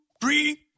three